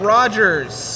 Rogers